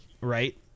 right